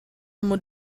amo